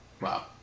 Wow